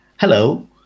Hello